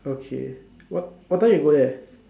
okay what what time you go there